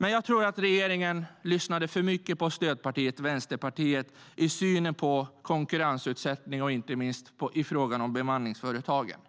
Men jag tror att regeringen lyssnade för mycket på stödpartiet Vänsterpartiet när det gäller synen på konkurrensutsättning, inte minst frågan om bemanningsföretagen.